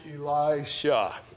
Elisha